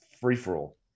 free-for-all